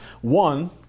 one